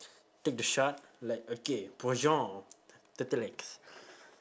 take the shot like okay turtle eggs